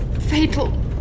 Fatal